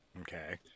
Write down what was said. Okay